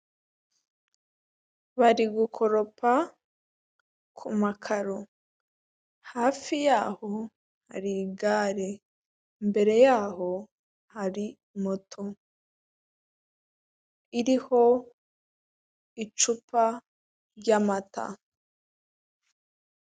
Bari gukoropa ku makaro, hafi y'aho hari igare, imbere y'aho hari moto iriho icupa ry'amata.